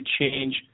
change